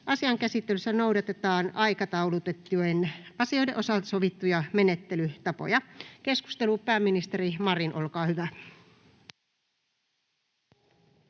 Asian käsittelyssä noudatetaan aikataulutettujen asioiden osalta sovittuja menettelytapoja. — Pääministeri Marin, olkaa hyvä.